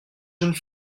jeune